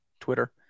Twitter